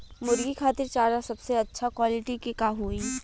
मुर्गी खातिर चारा सबसे अच्छा क्वालिटी के का होई?